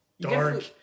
dark